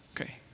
Okay